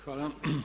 Hvala.